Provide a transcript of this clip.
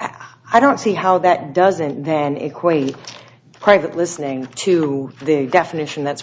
i don't see how that doesn't then equate private listening to the definition that's